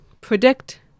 predict